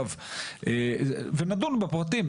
ונדון בפרטים.